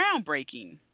groundbreaking